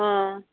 ꯑꯥ